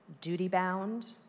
duty-bound